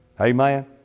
Amen